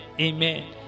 amen